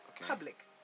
Public